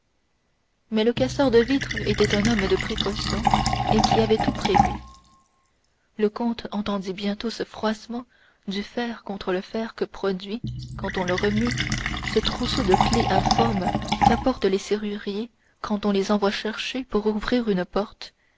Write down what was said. mais le casseur de vitres était un homme de précaution et qui avait tout prévu le comte entendit bientôt ce froissement du fer contre le fer que produit quand on le remue ce trousseau de clefs informes qu'apportent les serruriers quand on les envoie chercher pour ouvrir une porte